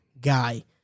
guy